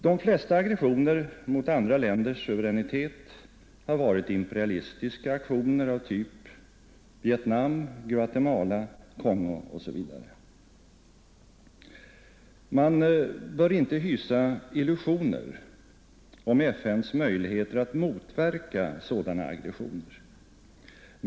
De flesta aggressioner mot andra länders suveränitet har varit imperialistiska aktioner av typ Vietnam, Guatemala, Kongo etc. Man bör inte hysa illusioner om FN:s möjligheter att motverka sådana aggressioner.